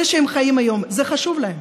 אלה שחיים היום, זה חשוב להם.